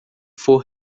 for